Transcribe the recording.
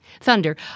Thunder